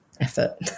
effort